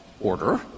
order